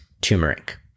Turmeric